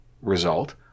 result